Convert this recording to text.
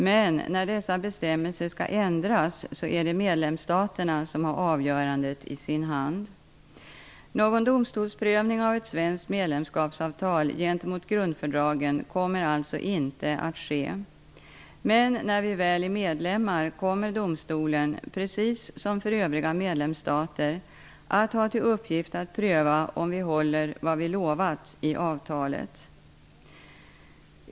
Men när dessa bestämmelser skall ändras är det medlemsstaterna som har avgörandet i sin hand. Någon domstolsprövning av ett svenskt medlemskapsavtal gentemot grundfördragen kommer alltså inte att ske. Men när vi väl är medlemmar kommer domstolen -- precis som för övriga medlemsstater -- att ha till uppgift att pröva om vi håller vad vi lovat i avtalet.